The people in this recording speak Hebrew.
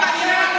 אני לא